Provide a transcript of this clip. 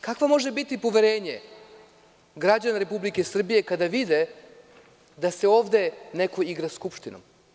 Kakvo može biti poverenje građana Republike Srbije kada vide da se ovde neko igra Skupštinom?